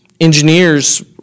engineers